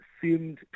seemed